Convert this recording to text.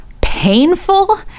painful